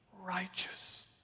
righteous